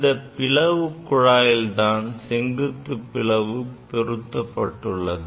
இந்தப் பிளவு குழாயில் தான் செங்குத்து பிளவு பொருத்தப்பட்டுள்ளது